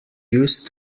used